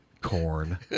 Corn